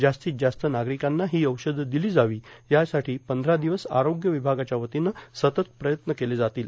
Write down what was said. जास्तीत जास्त नार्गारकांना हो औषधं दिलो जावी यासाठो पंधरा दिवस आरोग्य ववभागाच्या वतीनं सतत प्रयत्न केले जातील